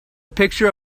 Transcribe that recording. picture